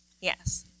yes